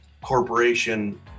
corporation